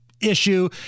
issue